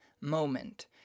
moment